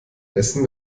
essen